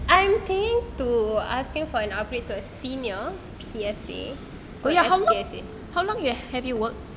I'm thinking to asking for an upgrade to a senior P_S_A so ya hmm yes P_S_A